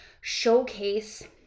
showcase